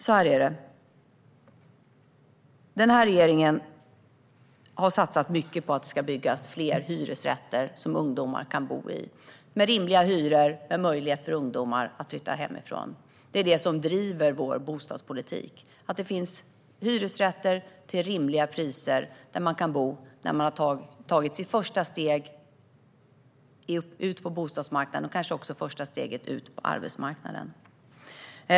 Så här är det: Denna regering har satsat mycket på att det ska byggas hyresrätter som ungdomar kan bo i, med rimliga hyror, vilket ger ungdomar en möjlighet att flytta hemifrån. Det är detta som driver vår bostadspolitik - att det ska finnas hyresrätter som man kan bo i, till rimliga priser, när man har tagit sitt första steg ut på bostadsmarknaden och kanske också första steget ut på arbetsmarknaden.